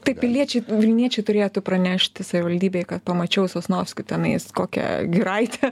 tai piliečiai vilniečiai turėtų pranešti savivaldybei kad pamačiau sosnovskių tenais kokią giraitę